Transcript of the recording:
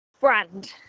Brand